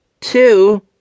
two